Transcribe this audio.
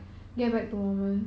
ya lor